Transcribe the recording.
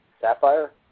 Sapphire